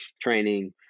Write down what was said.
training